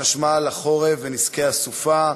1367 ו-1374 בנושא: מוכנות חברת החשמל לחורף ונזקי הסופה.